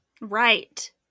Right